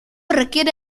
requiere